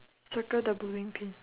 circle the bowling pin